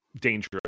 dangerous